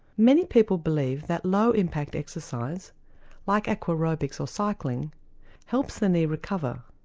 many people believe that low impact exercise like aquarobics or cycling helps the knee recover,